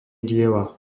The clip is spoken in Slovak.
diela